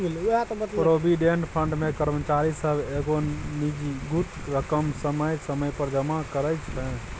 provident fund मे कर्मचारी सब एगो निजगुत रकम समय समय पर जमा करइ छै